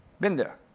been there.